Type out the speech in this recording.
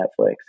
Netflix